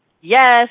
Yes